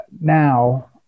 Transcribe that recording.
now